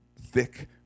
thick